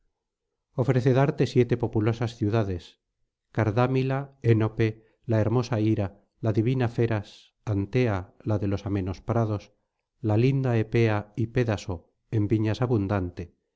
ofrece darte siete populosas ciudades cardámila enope la herbosa hira la divina feras antea la de los amenos prados la linda epea y pédaso en viñas abundante